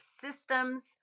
systems